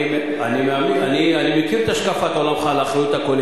אתה לא יכול --- אני מכיר את השקפת עולמך על האחריות הקולקטיבית.